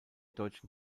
deutschen